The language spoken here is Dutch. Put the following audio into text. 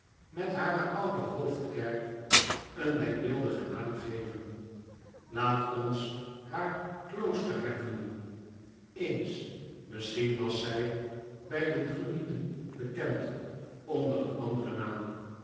met hare oude hoofdkerk een denkbeeldigen naam geven laat ons haar kloosterham noemen eens misschien was zij bij de druiden bekend onder een anderen naam